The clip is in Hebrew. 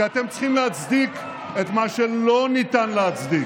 כי אתם צריכים להצדיק את מה שלא ניתן להצדיק,